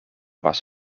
was